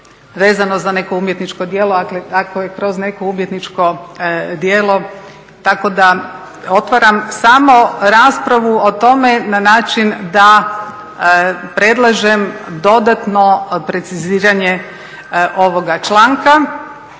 vezano za neko umjetničko djelo ako je kroz neko umjetničko djelo tako da otvaram samo raspravu o tome na način da predlažem dodatno preciziranje ovoga članka